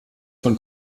von